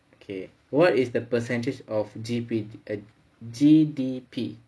okay what is the percentage of G_P~ G_D_P